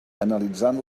analitzant